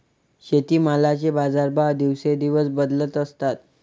शेतीमालाचे बाजारभाव दिवसेंदिवस बदलत असतात